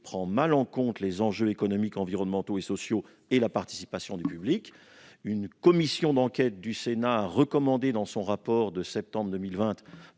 prend mal en compte les enjeux économiques, environnementaux et sociaux et la participation du public. Une commission d'enquête du Sénat a recommandé, dans son rapport de septembre 2020,